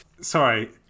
Sorry